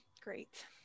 great